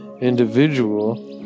individual